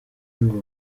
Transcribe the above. ngo